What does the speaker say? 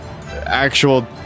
actual